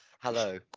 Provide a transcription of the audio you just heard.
hello